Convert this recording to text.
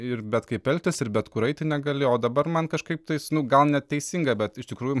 ir bet kaip elgtis ir bet kur eiti negali o dabar man kažkaip tais nu gal neteisinga bet iš tikrųjų